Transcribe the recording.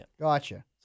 Gotcha